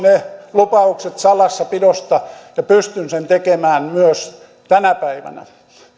lupaukset salassapidosta ja pystyn sen tekemään myös tänä päivänä